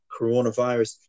coronavirus